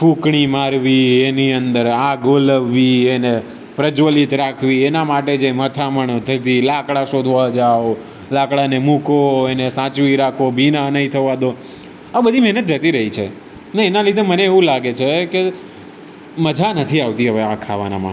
ફૂંકણી મારવી એની અંદર આગ ઓલવવી અને પ્રજ્વલિત રાખવી એના માટે જે માથામણો થતી લાકડા શોધવા જાઓ લાકડાને મૂકો અને સાચવી રાખો ભીના નહીં થવા દો આ બધી મહેનત જતી રહી છે ને એના લીધે મને એવું લાગે છે કે મજા નથી આવતી હવે આ ખાવાનામાં